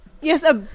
Yes